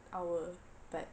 hour but